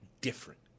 different